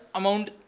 amount